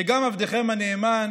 שגם עבדכם הנאמן